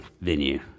venue